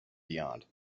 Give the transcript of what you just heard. beyond